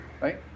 right